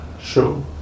Sure